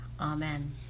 Amen